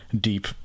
deep